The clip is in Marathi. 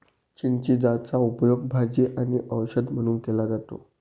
चिचिंदाचा उपयोग भाजी आणि औषध म्हणून केला जातो